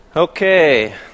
Okay